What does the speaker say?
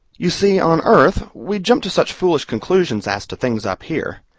you see, on earth we jump to such foolish conclusions as to things up here.